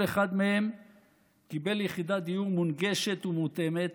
כל אחד מהם קיבל יחידת דיור מונגשת ומותאמת